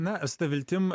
na su ta viltim